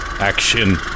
Action